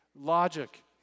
logic